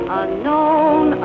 unknown